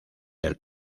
del